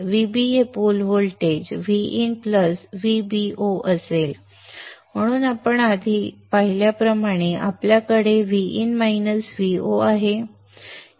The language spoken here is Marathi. Vb की पोल व्होल्टेज Vin Vbo असेल आणि म्हणून आपण आधी पाहिल्याप्रमाणे आपल्याकडे Vin Vo आहे